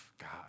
God